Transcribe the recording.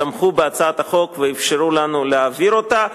תמכו בהצעת החוק ואפשרו לנו להעביר אותה.